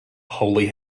holy